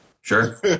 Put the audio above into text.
Sure